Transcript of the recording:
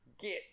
get